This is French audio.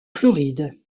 floride